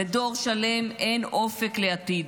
לדור שלם אין אופק לעתיד.